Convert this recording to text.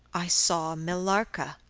i saw millarca.